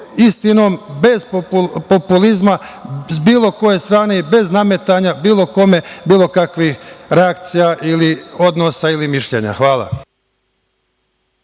istinom bez populizma bilo koje strane i bez nametanja bilo kakvih reakcija, odnosa ili mišljenja. Hvala.